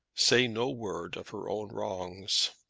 say no word of her own wrongs.